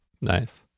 Nice